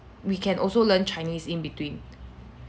we can also learn chinese in between